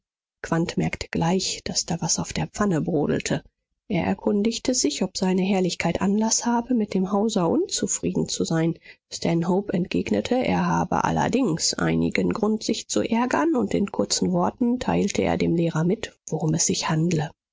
merkte gleich daß da was auf der pfanne brodelte er erkundigte sich ob seine herrlichkeit anlaß habe mit dem hauser unzufrieden zu sein stanhope entgegnete er habe allerdings einigen grund sich zu ärgern und in kurzen worten teilte er dem lehrer mit worum es sich handle